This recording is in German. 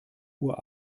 uhr